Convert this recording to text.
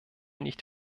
nicht